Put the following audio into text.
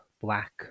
black